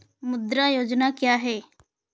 मुद्रा योजना क्या है?